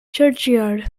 churchyard